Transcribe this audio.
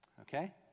okay